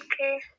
Okay